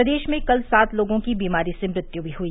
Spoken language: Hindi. प्रदेश में कल सात लोगों की बीमारी से मृत्यु भी हुई